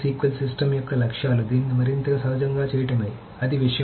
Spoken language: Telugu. NoSQL సిస్టమ్ యొక్క లక్ష్యాలు దీన్ని మరింత సహజంగా చేయడమే అది విషయం